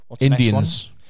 Indians